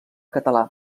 català